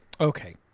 Okay